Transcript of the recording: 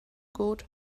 gut